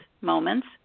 moments